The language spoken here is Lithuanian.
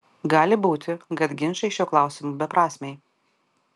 gali būti kad ginčai šiuo klausimu beprasmiai